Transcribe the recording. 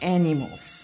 animals